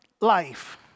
life